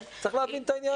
צריך להבין את העניין הזה.